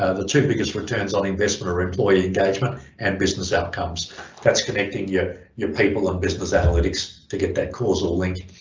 ah the two biggest returns on investment or employee engagement and business outcomes that's connecting yeah your people and business analytics to get that causal link.